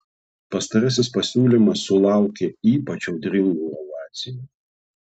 pastarasis pasiūlymas sulaukė ypač audringų ovacijų